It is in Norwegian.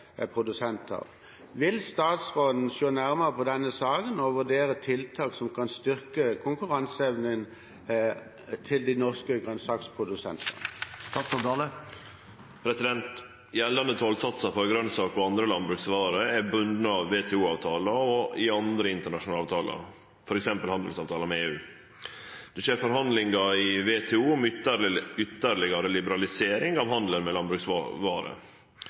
Vil statsråden se nærmere på denne saken, og vurdere tiltak som kan styrke konkurranseevnen til de norske grønnsakprodusentene?» Gjeldande tollsatsar for grønsaker og andre landbruksvarer er bundne i WTO-avtala og i andre internasjonale avtaler, f.eks. handelsavtaler med EU. Det skjer no forhandlingar i WTO om ytterlegare liberalisering av handelen med